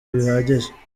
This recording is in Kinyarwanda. bihagije